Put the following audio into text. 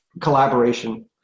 collaboration